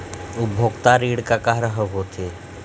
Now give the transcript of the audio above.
उपभोक्ता ऋण का का हर होथे?